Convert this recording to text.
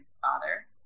father